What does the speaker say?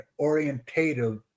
orientative